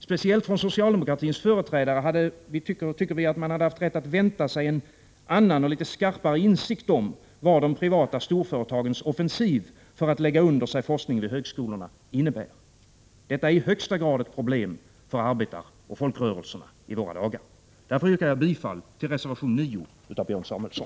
Speciellt från socialdemokratins företrädare tycker vi att man hade haft rätt att vänta sig en annan och en litet skarpare insikt om vad de privata storföretagens offensiv för att lägga under sig forskningen vid högskolorna innebär. Detta är i högsta grad ett problem för arbetaroch folkrörelserna i våra dagar. Därför yrkar jag bifall till reservation 9 av Björn Samuelson.